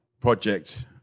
project